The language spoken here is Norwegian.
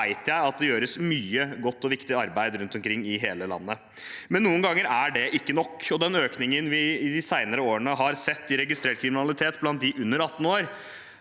der vet jeg at det gjøres mye godt og viktig arbeid rundt omkring i hele landet. Noen ganger er det ikke nok. Den økningen vi i de senere årene har sett i registrert kriminalitet blant dem under 18 år,